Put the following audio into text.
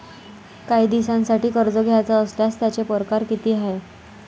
कायी दिसांसाठी कर्ज घ्याचं असल्यास त्यायचे परकार किती हाय?